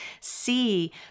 see